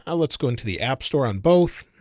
and let's go into the app store on both.